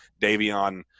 Davion